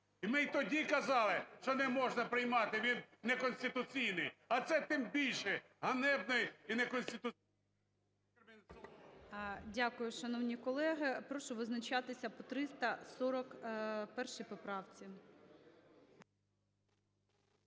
Ми й тоді казали, що не можна приймати, він не конституційний, а цей тим більше ганебний і неконституційний… ГОЛОВУЮЧИЙ. Дякую, шановні колеги. Прошу визначатися по 341 поправці.